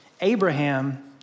Abraham